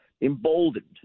emboldened